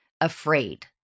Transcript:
afraid